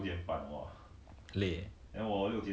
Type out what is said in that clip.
what's the score I didn't